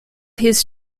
his